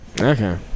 Okay